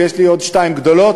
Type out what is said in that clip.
ויש לי עוד שתיים גדולות,